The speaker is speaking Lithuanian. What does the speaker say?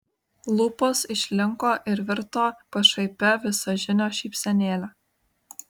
lūpos išlinko ir virto pašaipia visažinio šypsenėle